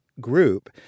group